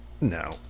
No